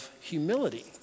Humility